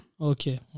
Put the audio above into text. Okay